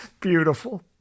Beautiful